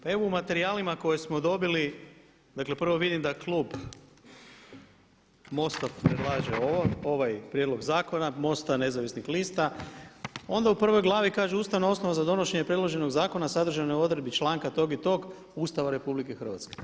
Pa evo u materijalima koje smo dobili, dakle prvo vidim da klub MOST-a predlaže ovaj prijedlog zakona, MOST-a Nezavisnih lista, onda u prvoj glavi kaže ustavna osnova za donošenje predloženog zakona sadržanoj u odredbi članka tog i tog Ustava RH.